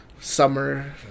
summer